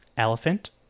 Elephant